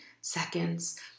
seconds